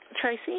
Tracy